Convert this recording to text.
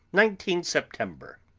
nineteen september.